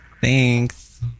Thanks